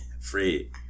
free